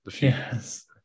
Yes